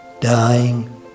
dying